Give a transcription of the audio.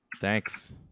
Thanks